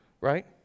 right